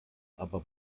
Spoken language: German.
aber